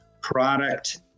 product